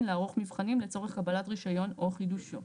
לערוך מבחנים לצורך קבלת רישיון או חידושו".